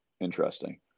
interesting